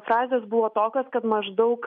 frazės buvo tokios kad maždaug